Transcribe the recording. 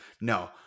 No